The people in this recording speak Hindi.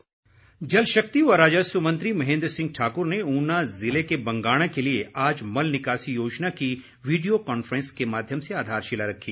वर्च्अल शिलान्यास जलशक्ति व राजस्व मंत्री महेन्द्र सिंह ठाकुर ने ऊना जिले के बंगाणा के लिए आज मल निकासी योजना की वीडियो कॉन्फ्रेंस के माध्यम से आधारशिला रखी